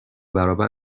برابر